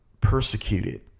persecuted